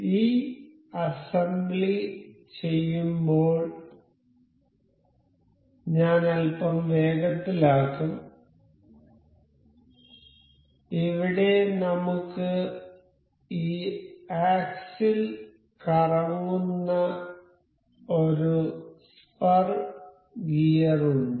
ഈ അസംബ്ലി ചെയ്യുമ്പോൾ ഞാൻ അൽപ്പം വേഗത്തിലാക്കും ഇവിടെ നമുക്ക് ഈ ആക്സിൽ കറങ്ങുന്ന ഒരു സ്പർ ഗിയർ ഉണ്ട്